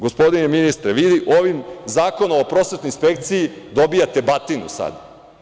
Gospodine ministre, vi ovim zakonom o prosvetnoj inspekciji dobijate batinu sada.